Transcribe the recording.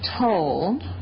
told